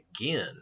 again